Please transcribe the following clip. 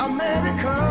America